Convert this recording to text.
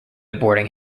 boarding